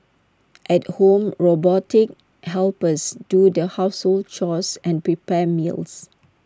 at home robotic helpers do the household chores and prepare meals